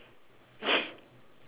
eh uh the potato sack also have